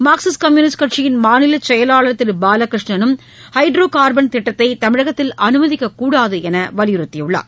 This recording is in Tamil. மார்க்சிஸ்ட் கம்யூனிஸ்ட் கட்சியின் மாநிலச்செயலாளர் திரு பாலகிருஷ்ணனும் ஹைட்ரோ கார்பன் திட்டத்தை தமிழகத்தில் அமைதிக்கக்கூடாது என்று வலியுறுத்தியுள்ளார்